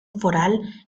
foral